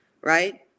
right